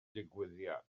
digwyddiad